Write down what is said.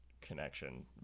connection